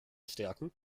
stärken